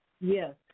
Yes